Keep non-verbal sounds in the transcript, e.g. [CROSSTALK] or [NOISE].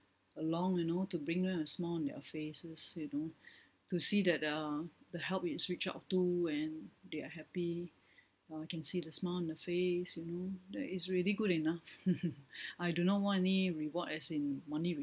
along you know to bring them a smile on their faces you know to see that uh the help is reach out to when they are happy uh I can see the smile on the face you know that is really good enough [LAUGHS] I do not want any reward as in money